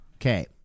Okay